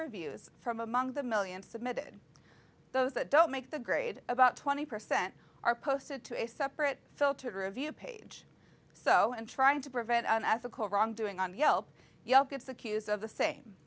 overviews from among the millions submitted those that don't make the grade about twenty percent are posted to a separate filtered review page so and trying to prevent an ethical wrongdoing on yelp yelp gets accused of the same